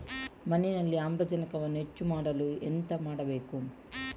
ಮಣ್ಣಿನಲ್ಲಿ ಆಮ್ಲಜನಕವನ್ನು ಹೆಚ್ಚು ಮಾಡಲು ಎಂತ ಮಾಡಬೇಕು?